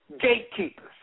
gatekeepers